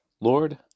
Lord